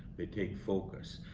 they take focus.